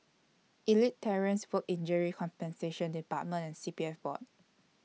Elite Terrace Work Injury Compensation department and C P F Board